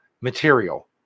material